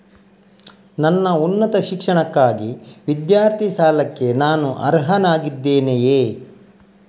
ನನ್ನ ಉನ್ನತ ಶಿಕ್ಷಣಕ್ಕಾಗಿ ವಿದ್ಯಾರ್ಥಿ ಸಾಲಕ್ಕೆ ನಾನು ಅರ್ಹನಾಗಿದ್ದೇನೆಯೇ?